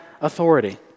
authority